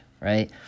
right